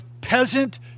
peasant